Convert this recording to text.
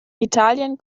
italien